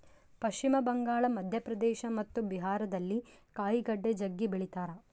ಪಶ್ಚಿಮ ಬಂಗಾಳ, ಮಧ್ಯಪ್ರದೇಶ ಮತ್ತು ಬಿಹಾರದಲ್ಲಿ ಕಾಯಿಗಡ್ಡೆ ಜಗ್ಗಿ ಬೆಳಿತಾರ